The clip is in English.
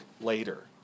later